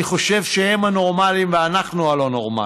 אני חושב שהם הנורמליים ואנחנו הלא-נורמליים,